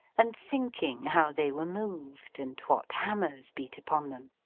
and thinking how they were moved, and what hammers beat upon them.